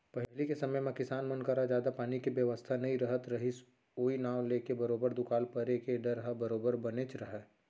पहिली के समे म किसान मन करा जादा पानी के बेवस्था नइ रहत रहिस ओई नांव लेके बरोबर दुकाल परे के डर ह बरोबर बनेच रहय